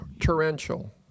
torrential